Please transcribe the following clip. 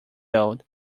old